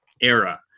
era